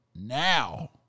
now